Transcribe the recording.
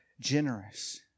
generous